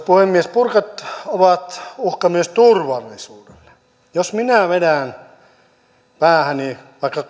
puhemies burkat ovat uhka myös turvallisuudelle jos minä vedän päähäni vaikka